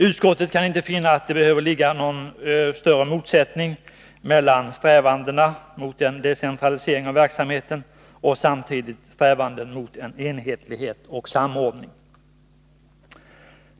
Utskottet kan inte finna att det behöver ligga någon större motsättning mellan strävandena mot en decentralisering av verksamheten och samtidiga strävanden mot enhetlighet och samordning.